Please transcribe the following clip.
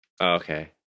okay